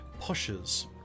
pushes